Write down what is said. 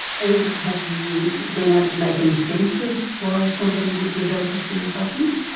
and have you been able to make any sense of why somebody would develop a fear of buttons?